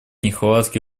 нехватки